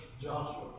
Joshua